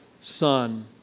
son